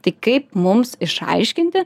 tai kaip mums išaiškinti